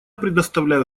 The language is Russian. предоставляю